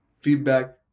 Feedback